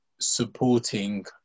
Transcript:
supporting